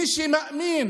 מי שמאמין